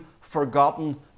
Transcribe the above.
forgotten